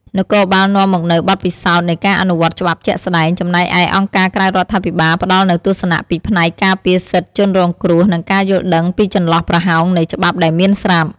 នគរបាលនាំមកនូវបទពិសោធន៍នៃការអនុវត្តច្បាប់ជាក់ស្ដែង ចំណែកឯអង្គការក្រៅរដ្ឋាភិបាលផ្ដល់នូវទស្សនៈពីផ្នែកការពារសិទ្ធិជនរងគ្រោះ និងការយល់ដឹងពីចន្លោះប្រហោងនៃច្បាប់ដែលមានស្រាប់។